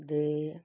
ਦੇ